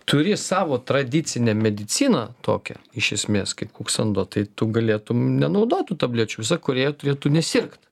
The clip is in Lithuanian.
turi savo tradicinę mediciną tokią iš esmės kaip kuksando tai tu galėtum nenaudot tų tablečių visą kurie turėtų nesirgt